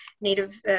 native